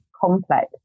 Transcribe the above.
complex